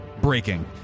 breaking